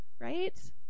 Right